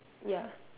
ya